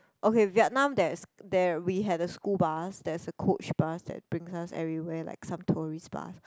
okay Vietnam there's there we had a school bus there is a coach bus that brings us everywhere like some tourist bus